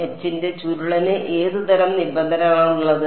H ന്റെ ചുരുളന് ഏതുതരം നിബന്ധനകളാണ് ഉള്ളത്